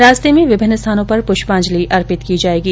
रास्ते में विभिन्न स्थानों पर प्रष्पाजंलि अर्पित की जायेगी